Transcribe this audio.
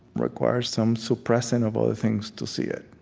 requires some suppressing of other things to see it